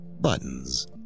buttons